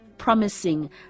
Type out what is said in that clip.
promising